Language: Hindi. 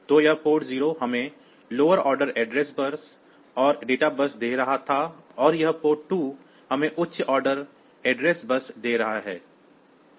तो यह पोर्ट 0 हमें लोअर ऑर्डर एड्रेस बस और डेटा बस दे रहा था और यह पोर्ट 2 हमें उच्च ऑर्डर एड्रेस बस दे रहा है